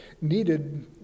needed